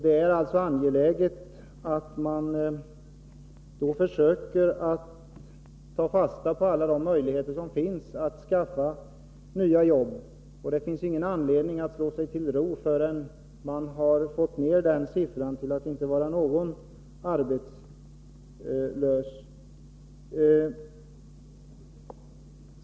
Det är alltså angeläget att man försöker att ta fasta på alla de möjligheter som finns att skaffa nya jobb. Det finns ingen anledning att slå sig till ro förrän man har fått bort arbetslösheten, så att det inte längre är någon som är arbetslös.